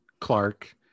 Clark